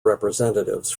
representatives